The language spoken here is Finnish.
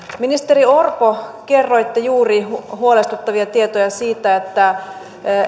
ministeri orpo kerroitte juuri huolestuttavia tietoja siitä että